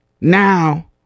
Now